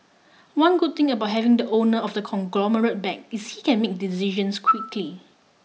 one good thing about having the owner of the conglomerate back is he can make decisions quickly